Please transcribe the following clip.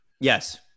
Yes